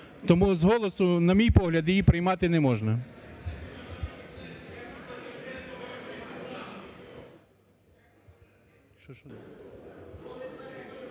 Тому з голосу, на мій погляд, її приймати не можна.